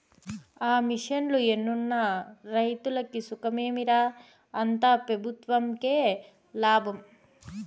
ఆ మిషన్లు ఎన్నున్న రైతులకి సుఖమేమి రా, అంతా పెబుత్వంకే లాభం